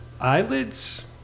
Eyelids